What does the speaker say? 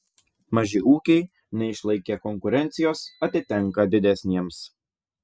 maži ūkiai neišlaikę konkurencijos atitenka didesniems